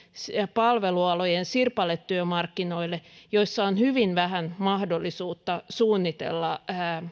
palvelualojen sirpaletyömarkkinoille joilla on hyvin vähän mahdollisuutta suunnitella